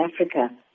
Africa